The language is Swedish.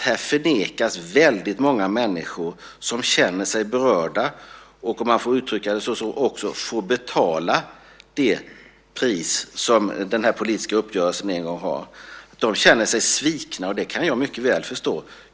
Här förnekas väldigt många människor som känner sig berörda, och som också får betala priset för den politiska uppgörelsen, rätten till folkomröstning. De känner sig svikna, och det kan jag mycket väl förstå.